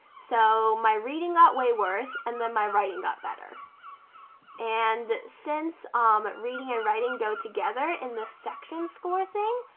so my reading got way worse and then my writing got better and since um reading and writing go together in the section score thing,